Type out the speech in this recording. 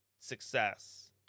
success